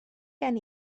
gen